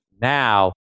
Now